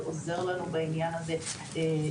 שעוזר לנו בעניין הזה,